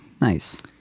Nice